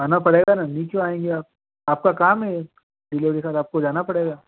आना पड़ेगा ना नहीं क्यों आएँगे आप आपका काम है ये डिलिवरी का तो आपको जाना पड़ेगा